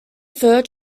fur